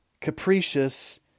capricious